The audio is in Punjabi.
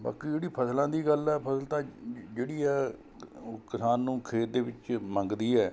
ਬਾਕੀ ਜਿਹੜੀ ਫਸਲਾਂ ਦੀ ਗੱਲ ਹੈ ਫਸਲ ਤਾਂ ਜਿਹੜੀ ਆ ਉਹ ਕਿਸਾਨ ਨੂੰ ਖੇਤ ਦੇ ਵਿੱਚ ਮੰਗਦੀ ਹੈ